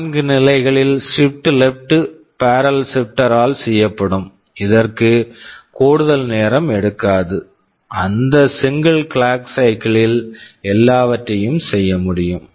4 நிலைகளில் positions shift left shift left barrel shifter barrel shifter ஆல் செய்யப்படும் இதற்கு கூடுதல் நேரம் எடுக்காது அந்த single single clock cycle clock cycle ல் எல்லாவற்றையும் செய்ய முடியும்